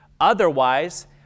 Otherwise